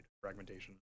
fragmentation